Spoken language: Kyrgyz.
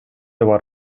бар